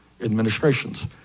administrations